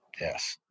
Yes